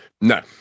No